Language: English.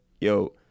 yo